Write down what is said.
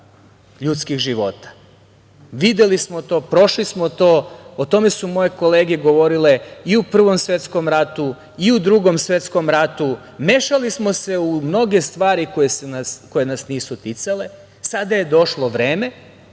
ljudskih života. Videli smo to, prošli smo to, o tome su moje kolege govorile, i u Prvom svetskom ratu i u Drugom svetskom ratu. Mešali smo se u mnoge stvari koje nas nisu ticale. Sada je došlo vreme